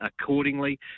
accordingly